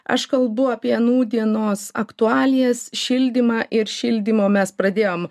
aš kalbu apie nūdienos aktualijas šildymą ir šildymo mes pradėjom